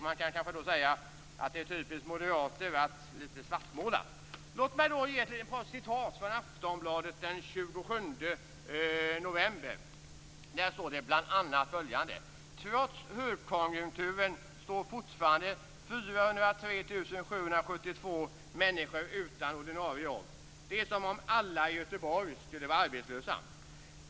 Man kan kanske säga att det är typiskt moderater att svartmåla. Låt mig då ge ett par citat från Aftonbladet den 27 november. Där står det bl.a. följande: "Trots högkonjunkturen står fortfarande 403 772 människor utan ordinarie jobb. Det är som om alla i Göteborg skulle vara arbetslösa.